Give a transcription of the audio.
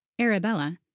Arabella